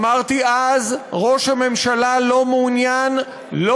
אמרתי אז: ראש הממשלה לא מעוניין לא